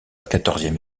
quatorzième